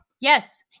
Yes